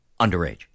underage